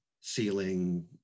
ceiling